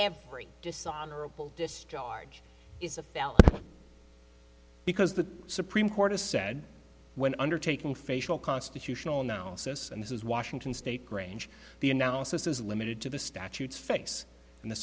every dishonorable discharge is a bell because the supreme court has said when undertaking facial constitutional announced this and this is washington state grange the analysis is limited to the statutes face and the